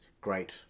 great